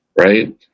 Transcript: right